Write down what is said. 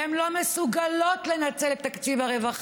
הן לא מסוגלות לנצל את תקציב הרווחה.